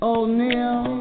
O'Neill